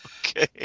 Okay